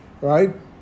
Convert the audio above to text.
right